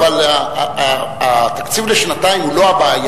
אבל התקציב לשנתיים הוא לא הבעיה,